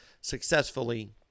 successfully